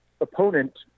opponent